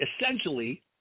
essentially